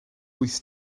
wyth